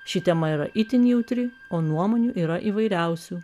ši tema yra itin jautri o nuomonių yra įvairiausių